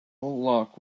lock